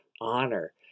honor